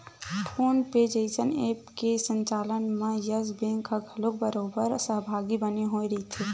phone पे जइसन app के संचालन म यस बेंक ह घलोक बरोबर सहभागी बने होय रहिथे